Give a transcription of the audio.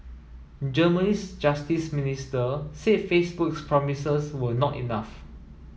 Germany's justice minister said Facebook's promises were not enough